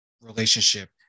relationship